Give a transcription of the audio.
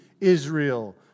Israel